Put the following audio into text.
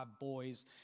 boys